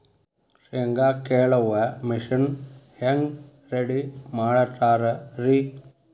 ಶೇಂಗಾ ಕೇಳುವ ಮಿಷನ್ ಹೆಂಗ್ ರೆಡಿ ಮಾಡತಾರ ರಿ?